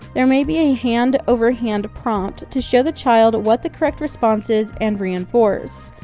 there may be a hand over hand prompt to show the child what the correct response is and reinforce,